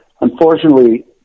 unfortunately